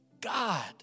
God